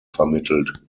vermittelt